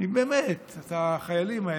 אם באמת את החיילים האלה,